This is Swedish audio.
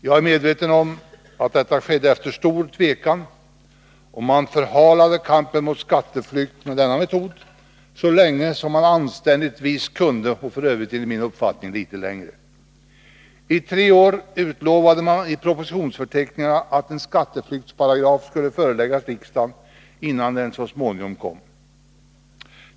Jag är medveten om att detta skedde efter stor tvekan, och man förhalade kampen mot skatteflykten med denna metod så länge som man anständigtvis kunde — och f. ö. enligt min uppfattning litet längre. I tre år utlovade man i propositionsförteckningarna att en skatteflyktsparagraf skulle föreläggas riksdagen, innan den slutligen kom.